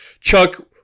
Chuck